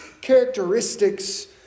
characteristics